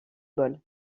ball